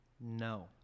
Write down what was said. No